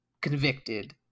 convicted